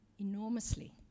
enormously